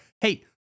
hey